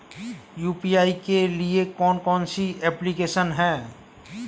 UPI के लिए कौन कौन सी एप्लिकेशन हैं?